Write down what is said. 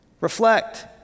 reflect